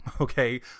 okay